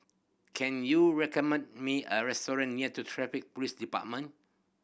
can you recommend me a restaurant near Traffic Police Department